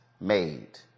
made